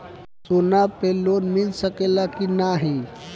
सोना पे लोन मिल सकेला की नाहीं?